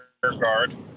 guard